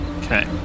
Okay